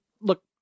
Look